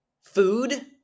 Food